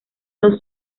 dos